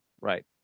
right